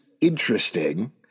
interesting